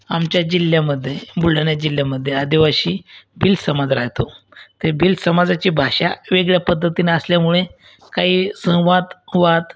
आमच्या जिल्ह्यामध्ये बुलढाणा जिल्ह्यामध्ये आदिवासी भिल्ल समाज राहतो ते भिल्ल समाजाची भाषा वेगळ्या पध्दतीनं असल्यामुळे काही संवाद वाद